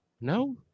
No